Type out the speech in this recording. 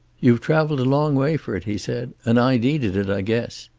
you've traveled a long way for it, he said, and i needed it, i guess.